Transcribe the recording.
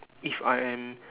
if I am